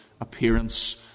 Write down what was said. appearance